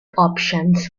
options